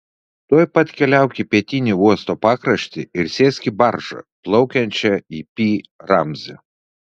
tuoj pat keliauk į pietinį uosto pakraštį ir sėsk į baržą plaukiančią į pi ramzį